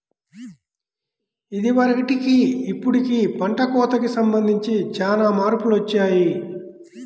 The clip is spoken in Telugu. ఇదివరకటికి ఇప్పుడుకి పంట కోతకి సంబంధించి చానా మార్పులొచ్చాయ్